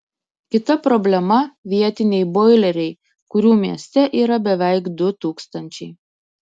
kita problema vietiniai boileriai kurių mieste yra beveik du tūkstančiai